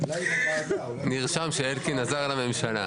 נרשם שאלקין עזר לממשלה.